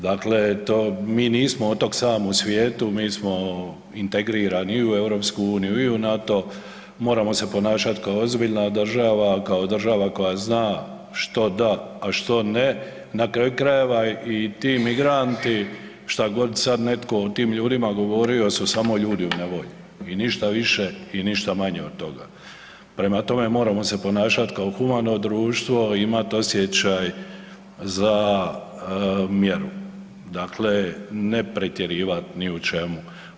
Dakle, to, mi nismo otok sam u svijetu, mi smo integrirani i u Europsku uniju, i u NATO, moramo se ponašat' kao ozbiljna država, kao država koja zna što DA, a što NE, na kraju krajeva i ti migranti, šta god sad netko o tim ljudima govorio, su samo ljudi u nevolji, i ništa više, i ništa manje od toga, prema tome moramo se ponašat kao humano društvo, imat osjećaj za mjeru, dakle ne pretjerivat ni u čemu.